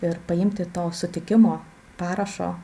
ir paimti to sutikimo parašo